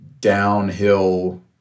downhill